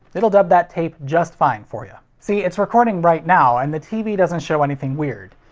it will dub that tape just fine for ya. see, it's recording right now, and the tv doesn't show anything weird.